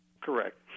Correct